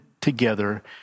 together